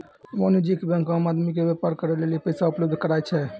वाणिज्यिक बेंक आम आदमी के व्यापार करे लेली पैसा उपलब्ध कराय छै